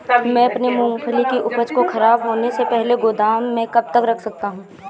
मैं अपनी मूँगफली की उपज को ख़राब होने से पहले गोदाम में कब तक रख सकता हूँ?